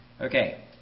Okay